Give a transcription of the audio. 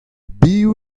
biv